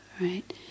right